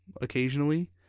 occasionally